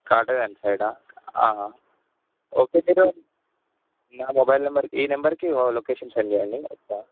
కాటదాన్ సైడా ఓకే మీరు నా మొబైల్ నెంబర్ ఈ నెంబర్కి లొకేషన్ సెండ్ చేయండి వస్తాను